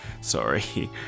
sorry